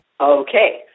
Okay